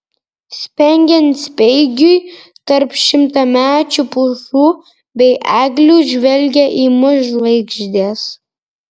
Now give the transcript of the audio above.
spengiant speigui tarp šimtamečių pušų bei eglių žvelgė į mus žvaigždės